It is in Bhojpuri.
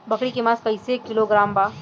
बकरी के मांस कईसे किलोग्राम बा?